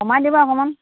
কমাই দিবা অকণমান